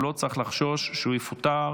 הוא לא צריך לחשוש שהוא יפוטר,